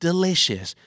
Delicious